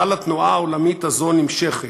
אבל התנועה העולמית הזאת נמשכת.